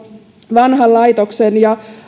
vanhan laitoksen